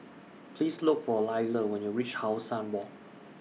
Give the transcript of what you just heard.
Please Look For Lyle when YOU REACH How Sun Walk